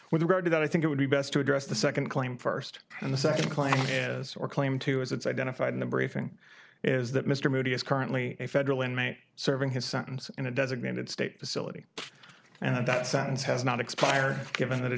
with regard to that i think it would be best to address the second claim first and the second claim is or claim to as it's identified in the briefing is that mr moody is currently a federal inmate serving his sentence in a designated state facility and that sentence has not expired given that it